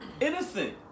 innocent